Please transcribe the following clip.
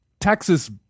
Texas